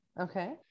Okay